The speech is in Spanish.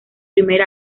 primer